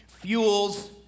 fuels